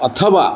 अथवा